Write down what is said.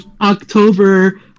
October